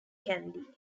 candy